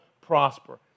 prosper